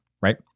Right